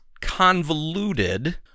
convoluted